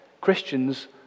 Christians